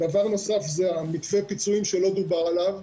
דבר נוסף זה מתווה פיצויים שלא דבר עליו,